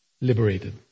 liberated